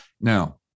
Now